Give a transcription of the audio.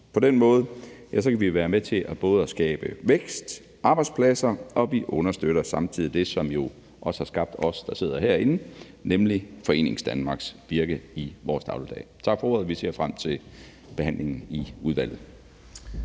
På den måde kan vi være med til både at skabe vækst og arbejdspladser, og vi understøtter samtidig det, som jo også har skabt os, der sidder herinde, nemlig Foreningsdanmarks virke i vores dagligdag. Vi ser frem til behandlingen i udvalget.